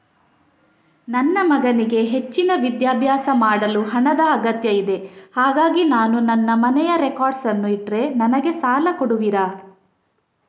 ನನ್ನ ಮಗನಿಗೆ ಹೆಚ್ಚಿನ ವಿದ್ಯಾಭ್ಯಾಸ ಮಾಡಲು ಹಣದ ಅಗತ್ಯ ಇದೆ ಹಾಗಾಗಿ ನಾನು ನನ್ನ ಮನೆಯ ರೆಕಾರ್ಡ್ಸ್ ಅನ್ನು ಇಟ್ರೆ ನನಗೆ ಸಾಲ ಕೊಡುವಿರಾ?